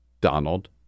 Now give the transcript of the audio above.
Donald